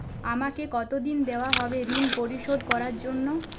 আমাকে কতদিন দেওয়া হবে ৠণ পরিশোধ করার জন্য?